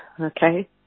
Okay